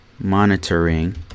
Monitoring